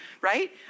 right